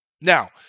Now